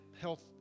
health